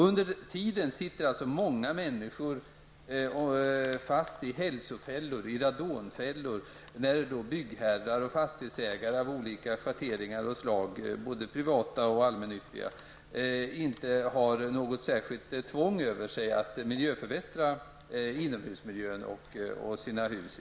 Under tiden sitter många människor fast i hälsofällor, radonfällor, därför att byggherrar och fastighetsägare av olika slag, både privata och de i allmännyttan, inte har något särskilt tvång över sig att förbättra inomhusmiljön och sina hus.